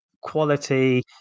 quality